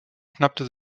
schnappte